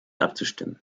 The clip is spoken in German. abzustimmen